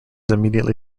immediately